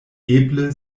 eble